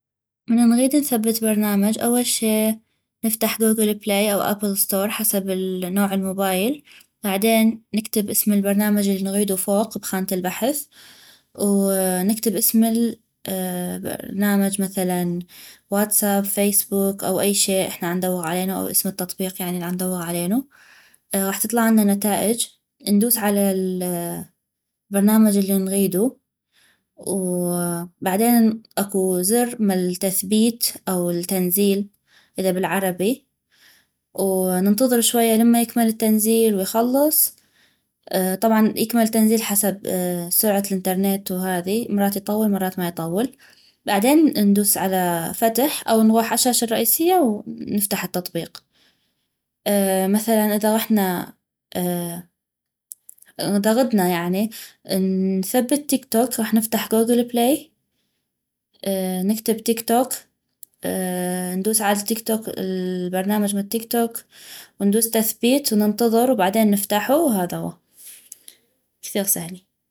من نغيد نثبت برنامج أول شي نفتح كوكل بلي او أبل ستور حسب ال <> نوع المبايل بعدين نكتب أسم البرنامج ألنغيدو فوق بخانة البحث ونكتب أسم ال <> برنامج مثلا واتس اب فيس بوك أو أي شي احنا عندوغ علينو أو أسم التطبيق يعني العندوغ علينو غاح تطلعلنا نتائج اندوس على ال برنامج النغيدو و بعدين اكو زر مال التثبيت أو التنزيل اذا بالعربي وننتظر شوية لما يكمل التنزيل ويخلص طبعا يكمل التنزيل حسب سرعة الأنترنت و هاذي مرات يطول ومرات ما يطول بعدين ندوس على فتح او نغوح عالشاشة الرئيسية و نفتح التطبيق مثلا اذا غحنا اذا غدنا يعني انثبت تك توك غاح نفتح كوكل بلي نكتب تك توك ندوس عالتك توك البرنامج مال تك توك وندوس تثبيت وننتظر و بعدين نفتحو وهذوا كثيغ سهل